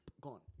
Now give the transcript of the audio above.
gone